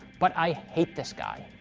but i hate this guy.